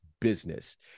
business